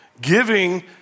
Giving